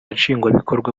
nshingwabikorwa